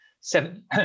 seven